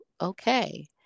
okay